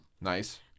nice